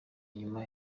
nyuma